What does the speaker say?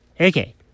Okay